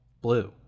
Blue